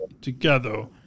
together